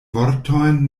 vortojn